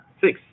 six